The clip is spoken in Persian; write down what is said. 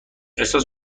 احساس